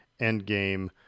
Endgame